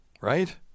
right